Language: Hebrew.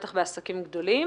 בטח בעסקים גדולים,